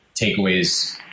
takeaways